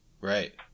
Right